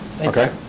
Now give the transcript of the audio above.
okay